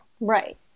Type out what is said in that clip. Right